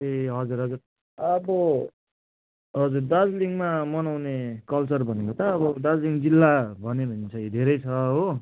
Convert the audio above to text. ए हजुर हजुर अब हजुर दार्जिलिङमा मनाउने कल्चर भनेको त अब दार्जिलिङ जिल्ला भन्यो भने चाहिँ धेरै छ हो